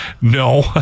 no